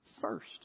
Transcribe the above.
first